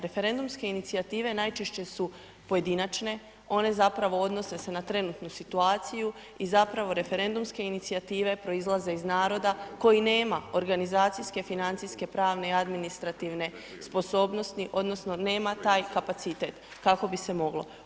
Referendumske inicijative najčešće su pojedinačne, one zapravo odnose se na trenutnu situaciju, i zapravo referendumske inicijative proizlaze iz naroda koji nema organizacijske, financijske, pravne i administrativne sposobnosti, odnosno nema taj kapacitet, kako bi se moglo.